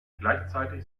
gleichzeitig